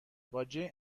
باجه